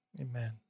Amen